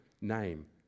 name